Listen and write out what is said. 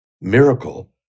miracle